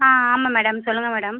ஆ ஆமாம் மேடம் சொல்லுங்கள் மேடம்